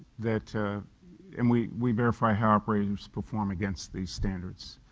that ah and we we verify how operators perform against the standards.